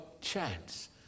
chance